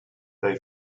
they